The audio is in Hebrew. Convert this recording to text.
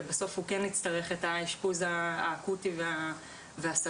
ובסוף הוא כן הצטרך את האשפוז האקוטי והסגור,